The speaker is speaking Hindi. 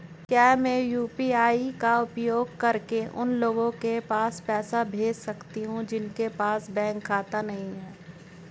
क्या मैं यू.पी.आई का उपयोग करके उन लोगों के पास पैसे भेज सकती हूँ जिनके पास बैंक खाता नहीं है?